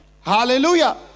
Hallelujah